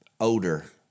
odor